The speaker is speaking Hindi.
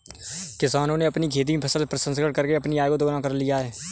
किसानों ने अपनी खेती में फसल प्रसंस्करण करके अपनी आय को दुगना कर लिया है